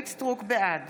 בעד